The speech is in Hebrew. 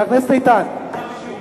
את מחשידה אותם.